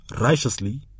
righteously